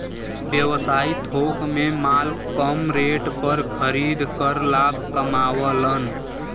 व्यवसायी थोक में माल कम रेट पर खरीद कर लाभ कमावलन